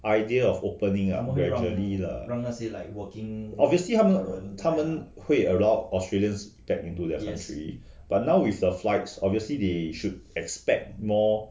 idea of opening up gradually ah obviously 他们他们会 allowed australian back into their country but now with the flights obviously they should expect more